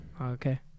Okay